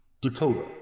Dakota